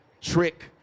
trick